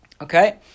Okay